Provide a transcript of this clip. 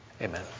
amen